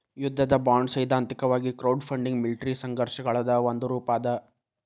ಯುದ್ಧದ ಬಾಂಡ್ಸೈದ್ಧಾಂತಿಕವಾಗಿ crowdfunding military ಸಂಘರ್ಷಗಳದ್ ಒಂದ ರೂಪಾ ಅದ